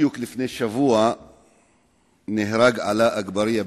בדיוק לפני שבוע נהרג עלא אגבאריה,